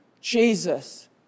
Jesus